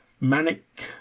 manic